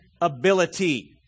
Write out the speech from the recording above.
ability